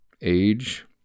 age